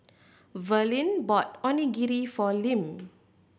Verlin bought Onigiri for Lim